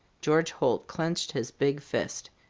george holt clenched his big fist.